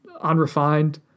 unrefined